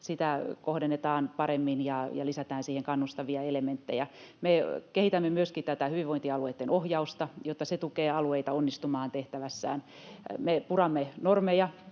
Sitä kohdennetaan paremmin ja lisätään siihen kannustavia elementtejä. Me kehitämme myöskin tätä hyvinvointialueitten ohjausta, jotta se tukee alueita onnistumaan tehtävässään. Me puramme normeja.